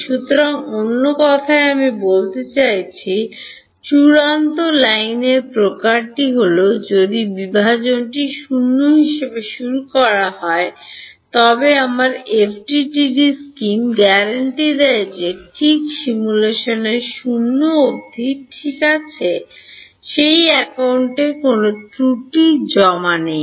সুতরাং অন্য কথায় আমি বলতে চাইছি চূড়ান্ত লাইনের প্রকারটি হল যদি বিভাজনটি 0 হিসাবে শুরু হয় তবে আমার FDTD স্কিম গ্যারান্টি দেয় যে ঠিক সিমুলেশন 0 অবধি ঠিক আছে সেই অ্যাকাউন্টে কোনও ত্রুটি জমা নেই